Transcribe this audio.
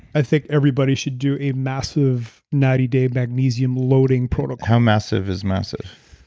i think everybody should do a massive ninety day magnesium loading protocol. how massive is massive?